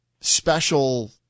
special